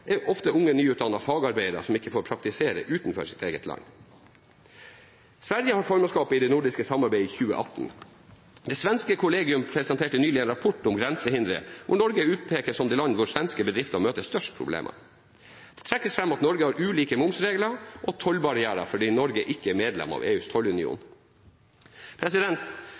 er ofte unge nyutdannede fagarbeidere som ikke får praktisere utenfor sitt eget land. Sverige har formannskapet i det nordiske samarbeidet i 2018. Det svenske Kommerskollegium presenterte nylig en rapport om grensehindre, hvor Norge utpekes som det landet hvor svenske bedrifter møter størst problemer. Det trekkes fram at Norge har ulike momsregler og tollbarrierer fordi Norge ikke er medlem av EUs tollunion.